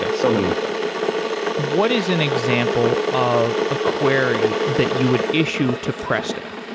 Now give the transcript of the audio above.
yeah so many of them what is an example of a query that you would issue to presto?